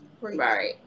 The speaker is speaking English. Right